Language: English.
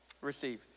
receive